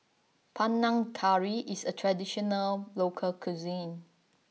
Panang Curry is a traditional local cuisine